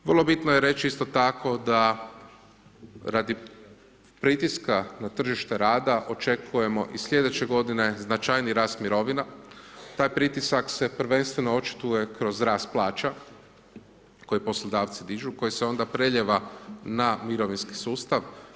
Vrlo bitno je reći isto tako da radi pritiska na tržište rada očekujemo i slijedeće godine značajniji rast mirovina taj pritisak se prvenstveno očituje kroz rast plaća koje poslodavci dižu koji se onda prelijeva na mirovinski sustav.